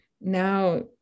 Now